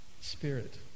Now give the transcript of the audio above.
spirit